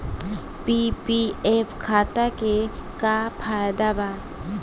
PPF खाता के का फायदा बा?